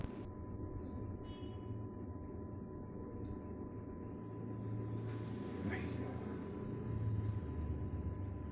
Insurance claim ಮಾಡೋದು ಹೆಂಗ?